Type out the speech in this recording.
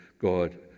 God